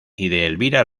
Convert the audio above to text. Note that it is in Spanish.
elvira